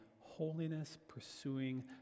holiness-pursuing